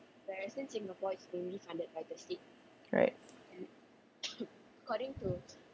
right